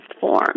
form